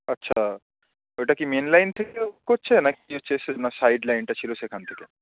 আচ্ছা ওইটা কি মেন লাইন থেকেও করছে না কি হচ্ছে সে না সাইড লাইনটা ছিল সেখান থেকে